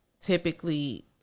Typically